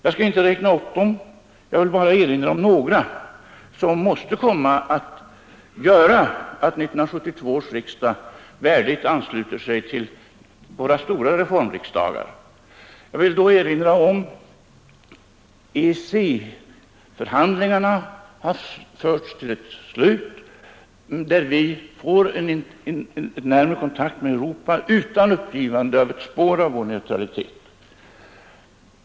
Jag skall inte räkna upp dem jag vill bara erinra om några, som måste komma att göra att 1972 års riksdag värdigt ansluter sig till våra stora reformriksdagar. Jag vill då erinra om att EEC-förhandlingarna förts till ett slut, som gör att vi får en närmare kontakt med Europa utan uppgivande av ett spår av vår neutralitet.